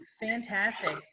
Fantastic